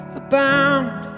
abound